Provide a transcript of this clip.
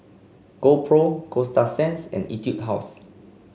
GoPro Coasta Sands and Etude House